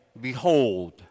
behold